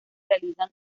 realizan